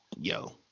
yo